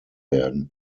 werden